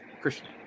Christian